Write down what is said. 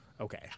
Okay